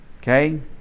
Okay